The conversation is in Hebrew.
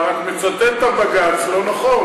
אתה רק מצטט את הבג"ץ לא נכון.